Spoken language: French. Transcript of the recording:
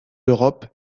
d’europe